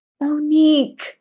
Monique